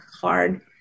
hard